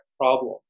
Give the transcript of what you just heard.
problem